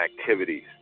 activities